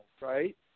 right